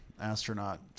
astronaut